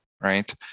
right